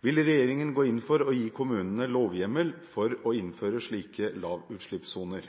Vil regjeringen gå inn for å gi kommunene lovhjemmel for å innføre slike lavutslippssoner?»